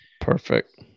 Perfect